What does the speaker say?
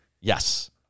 Yes